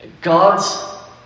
God's